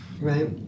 Right